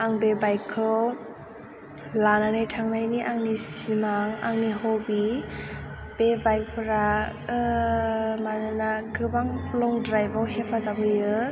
आं बे बाइकखौ लानानै थांनायनि आंनि सिमां आंनि हबि बे बाइकफोरा मानोना गोबां लं द्राइभ आव हेफाजाब होयो